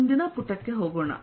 ಮುಂದಿನ ಪುಟಕ್ಕೆ ಹೋಗೋಣ